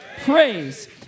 Praise